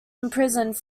imprisoned